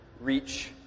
reach